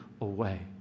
away